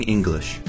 English